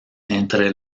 entre